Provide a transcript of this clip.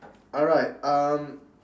alright um